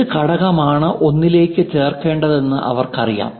ഏത് ഘടകമാണ് ഒന്നിലേക്ക് ചേർക്കേണ്ടതെന്ന് അവർക്കറിയാം